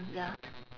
ya